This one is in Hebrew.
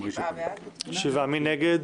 מי נגד?